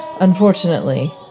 unfortunately